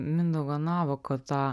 mindaugo navako tą